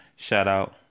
Shout-out